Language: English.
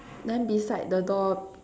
then beside the door